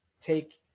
take